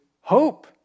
hope